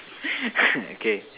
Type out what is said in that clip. okay